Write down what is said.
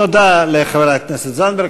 תודה לחברת הכנסת זנדברג.